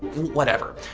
whatever.